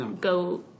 go